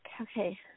Okay